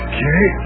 Okay